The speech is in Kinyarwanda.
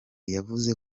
yavuze